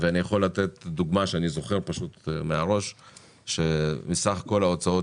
אני יכול לתת דוגמה שאני זוכר שמסך כול ההוצאות